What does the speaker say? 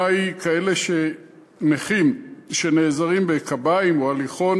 היא של נכים שנעזרים בקביים או הליכון